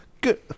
Good